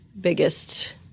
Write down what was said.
biggest